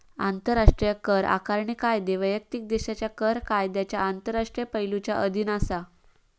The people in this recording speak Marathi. आंतराष्ट्रीय कर आकारणी कायदे वैयक्तिक देशाच्या कर कायद्यांच्या आंतरराष्ट्रीय पैलुंच्या अधीन असा